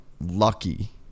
lucky